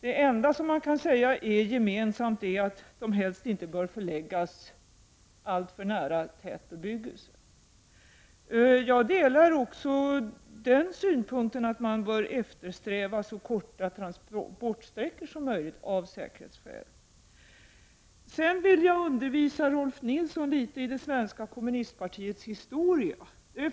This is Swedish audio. Det enda gemensamma är att de helst inte bör förläggas alltför nära tät bebyggelse. Jag delar också åsikten att man bör eftersträva så korta transportsträckor som möjligt, av säkerhetsskäl. Sedan vill jag undervisa Rolf L Nilson litet i det svenska kommunistpartiets historia.